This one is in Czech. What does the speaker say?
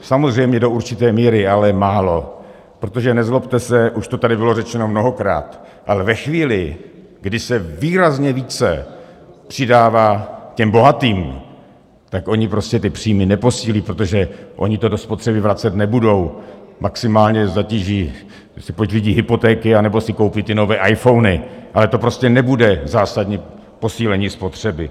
Samozřejmě do určité míry, ale málo, protože nezlobte se, už to tady bylo řečeno mnohokrát, ale ve chvíli, kdy se výrazně více přidává těm bohatým, tak oni prostě ty příjmy neposílí, protože oni to do spotřeby vracet nebudou, maximálně si pořídí hypotéky anebo si koupí ty nové iPhony, ale to prostě nebude zásadní posílení spotřeby.